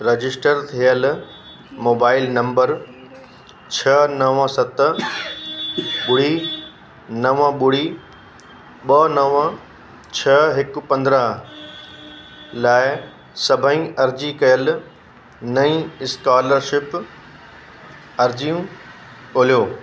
register थियल mobile number छह नवं सत ॿुड़ी नवं ॿुड़ी ॿ नवं छह हिकु पंद्रहं लाइ सभई अर्ज़ी कयल नईं स्कोलरशिप अर्ज़ियूं ॻोल्हियो